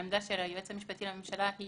העמדה של היועץ המשפטי לממשלה היא